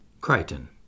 Crichton